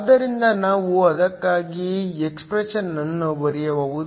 ಆದ್ದರಿಂದ ನಾವು ಅದಕ್ಕಾಗಿ ಎಕ್ಸ್ಪ್ರೆಶನ್ ಅನ್ನು ಬರೆಯಬಹುದು